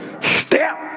Step